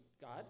God